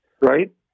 right